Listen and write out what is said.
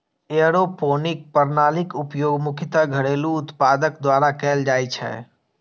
aeroponic प्रणालीक उपयोग मुख्यतः घरेलू उत्पादक द्वारा कैल जाइ छै